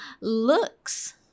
looks